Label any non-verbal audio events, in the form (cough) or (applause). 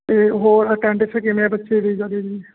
ਅਤੇ ਹੋਰ ਅਟੈਂਡਸ ਕਿਵੇਂ ਬੱਚੇ ਦੀ (unintelligible)